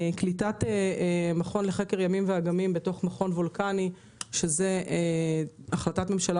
קליטת המכון לחקר הימים והאגמים בתוך המכון הוולקני שזו החלטת ממשלה